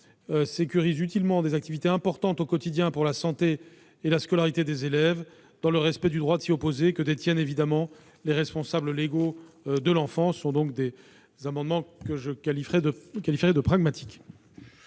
sécuriser utilement ces activités importantes au quotidien pour la santé et la scolarité des élèves, dans le respect du droit de s'y opposer que détiennent évidemment les responsables légaux de l'enfant. C'est donc un amendement pragmatique.